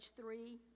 three